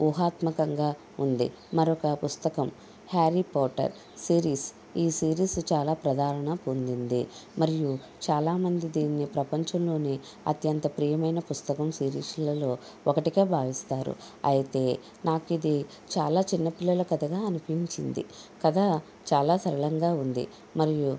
ఊహాత్మకంగా ఉంది మరొక పుస్తకం హరిపోర్టర్ సీరీస్ ఈ సిరీస్ చాలా ప్రజాదారణ పొందింది మరియు చాలా మంది దీన్ని ప్రపంచంలోని అత్యంత ప్రియమైన పుస్తకం సిరీస్లలో ఒకటిగా భావిస్తారు అయితే నాకిది చాలా చిన్న పిల్లల కథగా అనిపించింది కథ చాలా సరళంగా ఉంది మరియు